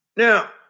Now